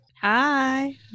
Hi